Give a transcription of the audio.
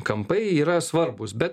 kampai yra svarbūs bet